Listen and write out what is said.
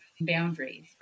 boundaries